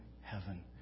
heaven